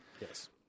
Yes